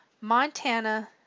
Montana